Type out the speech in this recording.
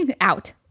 Out